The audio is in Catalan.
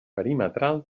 perimetral